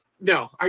No